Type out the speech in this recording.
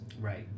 right